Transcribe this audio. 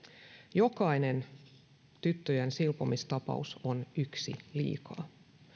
jokainen tyttöjen silpomistapaus on yksi liikaa